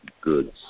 goods